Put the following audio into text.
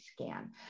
scan